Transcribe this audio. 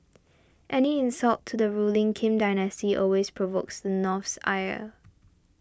any insult to the ruling Kim dynasty always provokes the North's ire